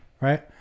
Right